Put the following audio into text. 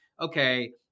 Okay